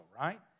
right